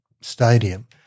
stadium